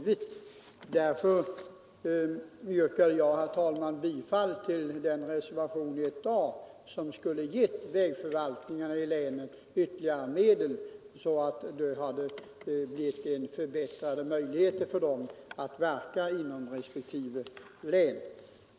Jag yrkar därför, herr talman, bifall till reservationen 1a som innebär att vägförvaltningarna i länen får ytterligare medel så att de får större möjligheter att verka inom respektive län.